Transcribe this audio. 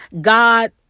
God